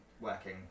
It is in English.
Working